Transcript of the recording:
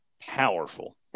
Powerful